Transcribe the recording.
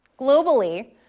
Globally